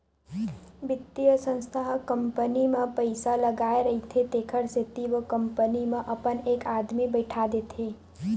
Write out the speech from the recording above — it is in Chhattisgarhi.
बित्तीय संस्था ह कंपनी म पइसा लगाय रहिथे तेखर सेती ओ कंपनी म अपन एक आदमी बइठा देथे